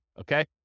okay